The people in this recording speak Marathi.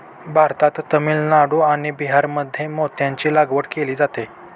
भारतात तामिळनाडू आणि बिहारमध्ये मोत्यांची लागवड केली जाते